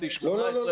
בשיא 18,000 בדיקות.